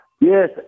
Yes